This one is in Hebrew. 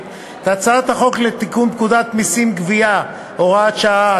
את הצעת חוק לתיקון פקודת המסים (גבייה) (הוראת שעה),